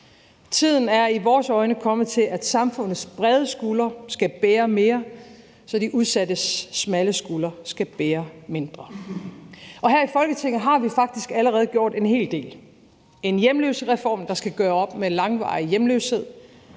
Tiden er i vores øjne kommet til, at samfundets brede skuldre skal bære mere, så de udsattes smalle skuldre skal bære mindre. Og her i Folketinget har vi faktisk allerede gjort en hel del: en hjemløsereform, der skal gøre op med langvarig hjemløshed;